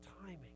timing